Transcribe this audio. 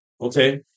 Okay